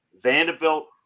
Vanderbilt